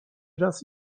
raz